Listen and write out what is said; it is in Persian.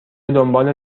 دنبال